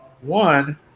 One